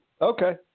Okay